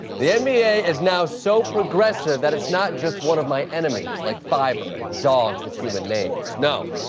the nba is now so progressive that it's not just one of my enemies, like fiber and dogs with human names. no.